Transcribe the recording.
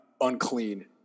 unclean